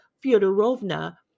Fyodorovna